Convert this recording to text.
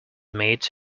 meet